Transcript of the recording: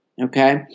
Okay